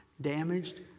damaged